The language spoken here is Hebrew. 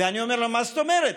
ואני אומר להם: מה זאת אומרת?